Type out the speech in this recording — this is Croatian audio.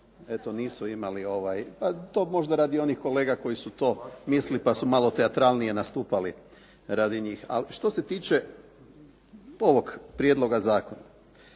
eto nisu imali ovaj, pa to možda radi onih kolega koji su to mislili pa su malo teatralnije nastupali radi njih. Ali što se tiče ovoga prijedloga zakona,